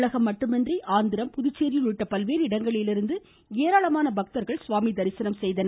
தமிழகம் மட்டுமின்றி ஆந்திரா புதுச்சேரி உள்ளிட்ட பல்வேறு இடங்களிலிருந்து ஏராளமான பக்தர்கள் சுவாமி தரிசனம் செய்தனர்